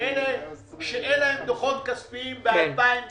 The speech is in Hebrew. אלה שאין להם דוחות כספיים ב-2020.